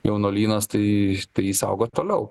jaunuolynas tai tai jis auga toliau